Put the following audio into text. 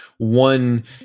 One